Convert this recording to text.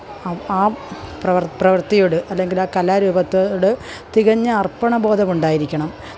ആ പ്രവര്ത്തി പ്രവത്തിയോട് അല്ലെങ്കിൽ ആ കലാരൂപത്തോട് തികഞ്ഞ അര്പ്പണ ബോധമുണ്ടായിരിക്കണം